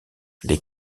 les